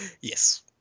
Yes